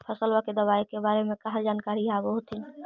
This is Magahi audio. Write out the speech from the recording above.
फसलबा के दबायें के बारे मे कहा जानकारीया आब होतीन?